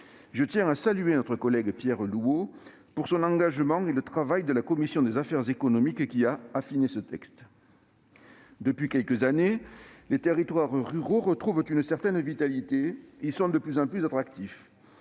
Je tiens à saluer notre collègue Pierre Louault pour son engagement, ainsi que la commission des affaires économiques, dont le travail a permis d'affiner ce texte. Depuis quelques années, les territoires ruraux retrouvent une certaine vitalité et sont de plus en plus attractifs.